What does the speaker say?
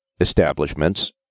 establishments